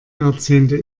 jahrzehnte